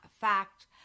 fact